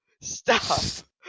Stop